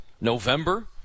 November